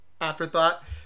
Afterthought